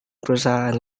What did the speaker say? perusahaan